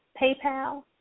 PayPal